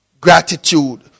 gratitude